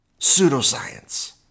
Pseudoscience